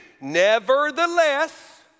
Nevertheless